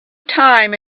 time